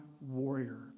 warrior